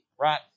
right